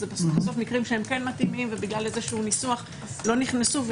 שבסוף אלה מקרים שכן מתאימים ובגלל איזשהו ניסוח לא נכנסו,